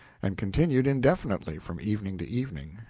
and continued indefinitely from evening to evening,